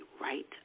right